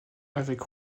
avec